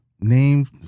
Name